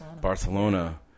Barcelona